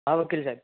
હા વકીલ સાહેબ